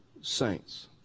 saints